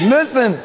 Listen